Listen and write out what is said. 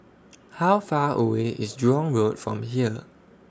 How Far away IS Jurong Road from here